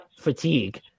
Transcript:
fatigue